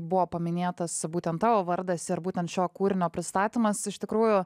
buvo paminėtas būtent tavo vardas ir būtent šio kūrinio pristatymas iš tikrųjų